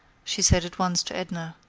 she said at once to edna.